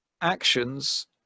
actions